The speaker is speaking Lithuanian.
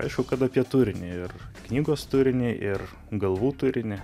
aišku kad apie turinį ir knygos turinį ir galvų turinį